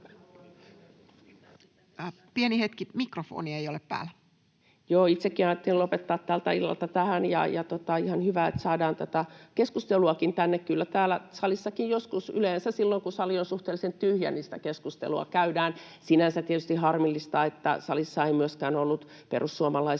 Pieni hetki, mikrofoni ei ole päällä. Joo, itsekin ajattelin lopettaa tältä illalta tähän. — Ihan hyvä, että saadaan tätä keskusteluakin tänne. Kyllä täällä salissakin joskus, yleensä silloin kun sali on suhteellisen tyhjä, sitä keskustelua käydään. Sinänsä tietysti harmillista, että salissa ei myöskään ollut perussuomalaisten